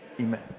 Amen